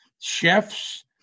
chefs